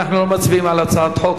אנחנו לא מצביעים על הצעת חוק,